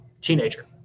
teenager